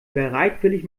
bereitwillig